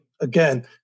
again